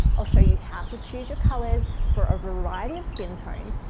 i'll show you how to choose your colors for a variety of skin tones,